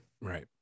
Right